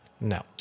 No